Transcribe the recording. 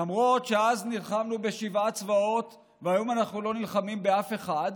למרות שאז נלחמנו בשבעה צבאות והיום אנחנו לא נלחמים באף אחד,